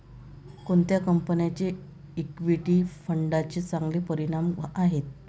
कोणत्या कंपन्यांचे इक्विटी फंडांचे चांगले परिणाम आहेत?